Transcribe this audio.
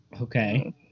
Okay